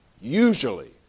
usually